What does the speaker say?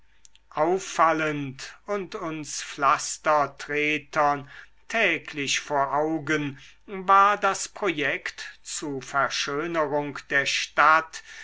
auffallend und uns pflastertretern täglich vor augen war das projekt zu verschönerung der stadt